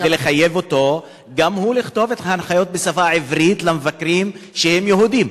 כדי לחייב אותם גם לכתוב את ההנחיות בשפה העברית למבקרים שהם יהודים.